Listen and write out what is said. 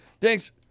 thanks